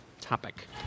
topic